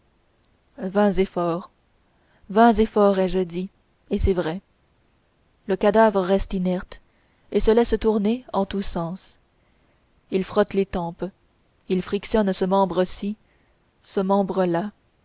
vains efforts vains efforts ai-je dit et c'est vrai le cadavre reste inerte et se laisse tourner en tous sens il frotte les tempes il frictionne ce membre ci ce membre là